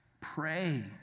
Pray